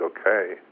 okay